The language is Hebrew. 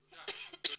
תודה.